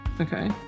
Okay